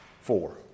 four